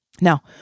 Now